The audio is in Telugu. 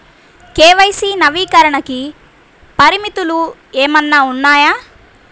కే.వై.సి నవీకరణకి పరిమితులు ఏమన్నా ఉన్నాయా?